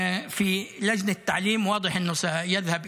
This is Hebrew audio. אבל מחר הוא אמור